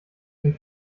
wie